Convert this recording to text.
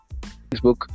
Facebook